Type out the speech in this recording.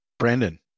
Brandon